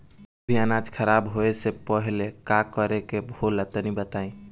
कोई भी अनाज खराब होए से पहले का करेके होला तनी बताई?